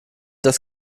das